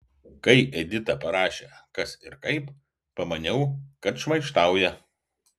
kai edita parašė kas ir kaip pamaniau kad šmaikštauja